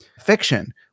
fiction